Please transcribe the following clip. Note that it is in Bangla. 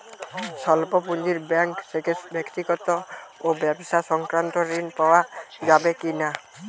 স্বল্প পুঁজির ব্যাঙ্ক থেকে ব্যক্তিগত ও ব্যবসা সংক্রান্ত ঋণ পাওয়া যাবে কিনা?